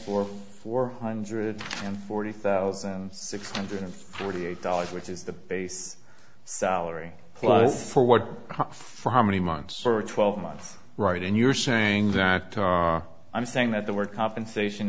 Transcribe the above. for four hundred and forty thousand six hundred forty eight dollars which is the base salary plus for what for how many months for twelve months right and you're saying that to are i'm saying that the word compensation